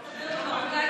רגע,